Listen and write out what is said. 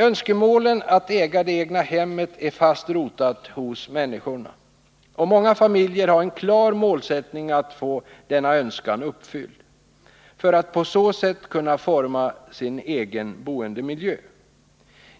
Önskemålen att äga det egna hemmet är fast rotade hos människorna, och många familjer har en klar målsättning att få denna önskan uppfylld för att på så sätt kunna forma sin egen boendemiljö.